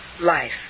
life